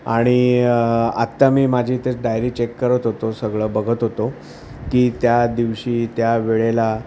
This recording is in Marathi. आणि आत्ता मी माझी डायरी चेक करत होतो सगळं बघत होतो की त्या दिवशी त्या वेळेला